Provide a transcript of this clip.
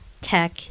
tech